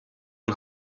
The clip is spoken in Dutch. een